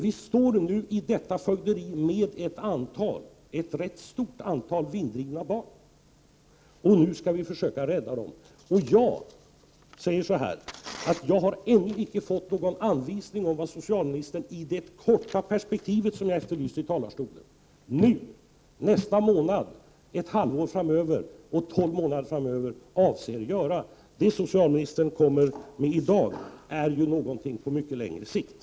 Vi står nu i detta fögderi med ett rätt stort antal vinddrivna barn, och nu skall vi försöka rädda dem. Jag har ännu inte fått någon anvisning om vad socialministern i det korta perspektivet, som jag efterlyste i talarstolen, nu, i nästa månad, ett halvår och tolv månader framöver avser att göra. Det som socialministern kommer med i dag är ju någonting på mycket längre sikt.